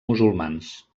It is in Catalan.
musulmans